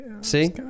See